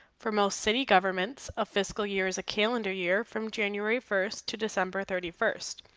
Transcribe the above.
for most city governments, a fiscal years a calendar year from january first to december thirty first.